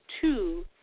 two